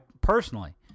personally